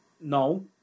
no